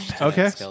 Okay